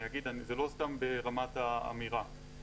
וזה לא סתם ברמת האמירה.